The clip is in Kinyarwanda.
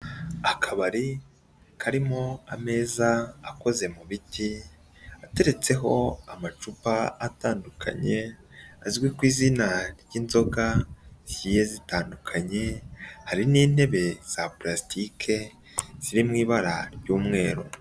Akabari karimo ameza akoze mu biti, ateretseho amacupa atandukanye azwi ku izina ry'inzoga zitandukanye, hari n'intebe za pulastike ziri mu ibara ry'umweru.